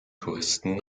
touristen